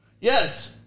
Yes